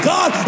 God